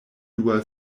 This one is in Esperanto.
dua